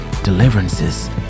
deliverances